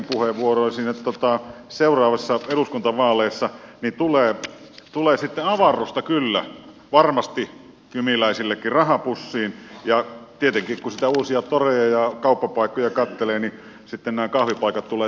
yhdyn kaikkiin niihin puheenvuoroihin että seuraavissa eduskuntavaaleissa tulee sitten avarrusta kyllä varmasti kymiläisillekin rahapussiin ja tietenkin kun sitä uusia toreja ja kauppapaikkoja katselee sitten nämä kahvipaikat tulevat tutuiksi